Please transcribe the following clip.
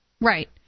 Right